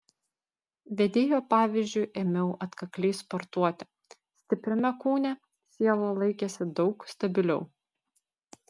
vedėjo pavyzdžiu ėmiau atkakliai sportuoti stipriame kūne siela laikėsi daug stabiliau